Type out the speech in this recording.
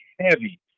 heavy